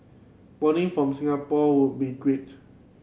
boarding from Singapore would be great